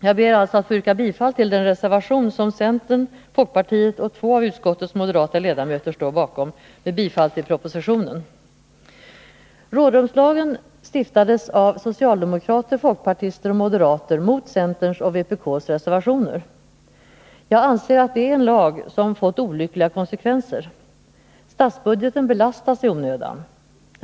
Jag ber alltså att få yrka bifall till den reservation med bifall till propositionen som centern, folkpartiet och två av utskottets moderata ledamöter står bakom. Rådrumslagen stiftades av socialdemokraterna, folkpartiet och moderaterna, mot centerns och vpk:s reservationer. Jag anser att det är en lag som fått olyckliga konsekvenser. Statsbudgeten belastas i onödan.